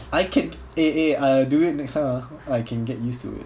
I could eh eh uh do it next time ah I can get used to it